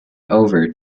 over